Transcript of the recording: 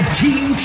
team